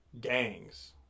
gangs